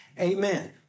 Amen